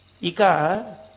Ika